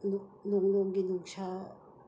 ꯅꯨꯡꯁꯥ